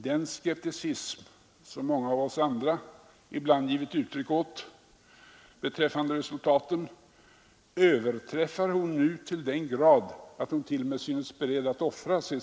Den skepticism som många av oss andra ibland givit uttryck åt överträffar hon nu till den grad att hon t.o.m. synes beredd att offra CCD.